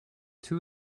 two